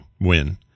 win